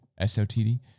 SOTD